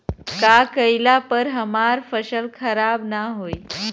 का कइला पर हमार फसल खराब ना होयी?